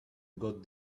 got